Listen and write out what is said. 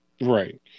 Right